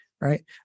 right